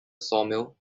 sawmill